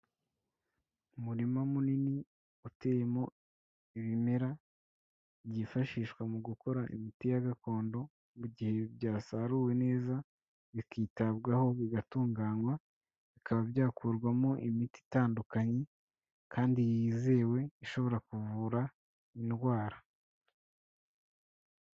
Umurima munini uteyemo ibimera byifashishwa mu gukora imiti ya gakondo, mu gihe byasaruwe neza bikitabwaho, bigatunganywa, bikaba byakurwamo imiti itandukanye kandi yizewe ishobora kuvura indwara.